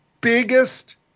biggest